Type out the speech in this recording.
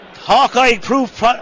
Hawkeye-proof